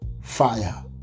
fire